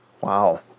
Wow